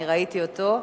אני ראיתי אותו.